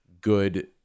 good